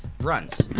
runs